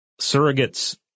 surrogates